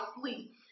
sleep